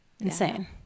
insane